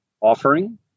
offering